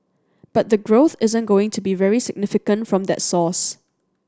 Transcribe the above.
but the growth isn't going to be very significant from that source